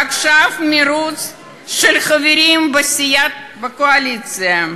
עכשיו מירוץ של חברי הסיעה בקואליציה,